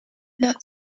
not